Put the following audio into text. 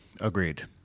Agreed